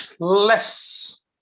less